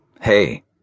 Hey